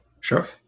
Sure